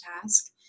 task